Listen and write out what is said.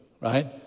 right